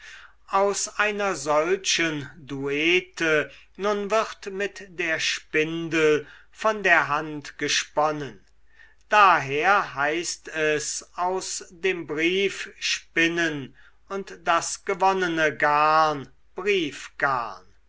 aus einer solchen düte nun wird mit der spindel von der hand gesponnen daher heißt es aus dem brief spinnen und das gewonnene garn